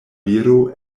viro